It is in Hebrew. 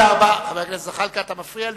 חבר הכנסת זחאלקה, אתה מפריע לי.